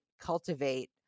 cultivate